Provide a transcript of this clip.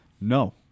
No